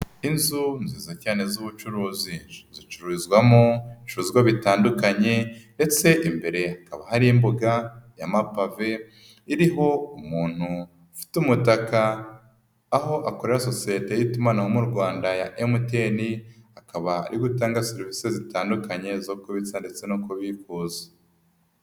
Inzu nziza cyane z'ubucuruzi, zicururizwamo ibicuruzwa bitandukanye ndetse imbere hakaba hari imbuga y'amapave iriho umuntu ufite umutaka, aho akorera sosiyete y'itumanaho mu Rwanda ya MTN, akaba ari utanga serivisi zitandukanye zo kubitsa ndetse no kubikuza.